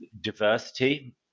diversity